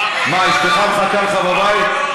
מה, אשתך מחכה לך בבית?